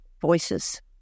voices